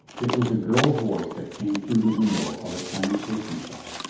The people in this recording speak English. it was a girl's voice that came through the window of a tiny pastry shop.